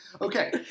Okay